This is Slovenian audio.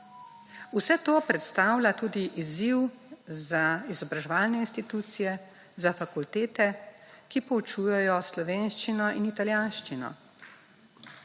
Vse to predstavlja tudi izziv za izobraževalne institucije, za fakultete, ki poučujejo slovenščino in italijanščino.